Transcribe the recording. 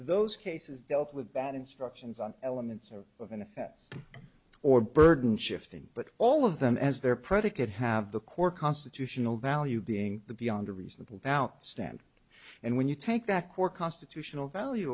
those cases dealt with that instructions on elements of an at or burden shifting but all of them as they're predicate have the core constitutional value being the beyond a reasonable doubt standard and when you take that core constitutional value